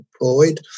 employed